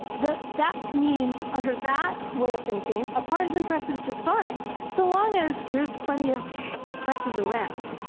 that that means, under that way of thinking, a partisan press is just fine so long as there's plenty of presses around,